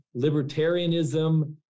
libertarianism